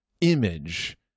image